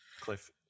cliff